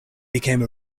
became